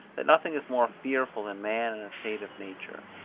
that nothing is more fearful than man in a state of nature,